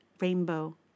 Rainbow